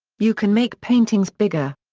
you can make paintings bigger.